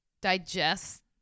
digest